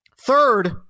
Third